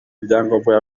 ibyangombwa